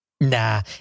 nah